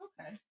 Okay